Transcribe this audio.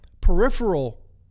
peripheral